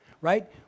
right